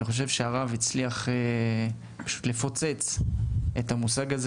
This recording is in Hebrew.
אני חושב שהרב הצליח לפוצץ את המושג הזה